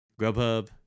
Grubhub